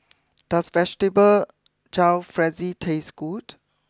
does Vegetable Jalfrezi taste good